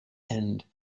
end